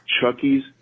Chucky's